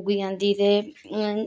उग्गी जंदी ते